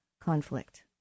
conflict